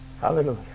Hallelujah